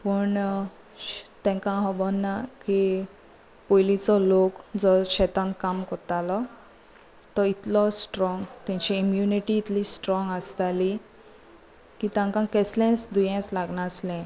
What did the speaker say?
पूण तांकां खबर ना की पयलीचो लोक जो शेतांत काम कोत्तालो तो इतलो स्ट्रोंग तेंची इम्युनिटी इतली स्ट्रोंग आसताली की तांकां कॅसलेंच दुयेंस लागनासलें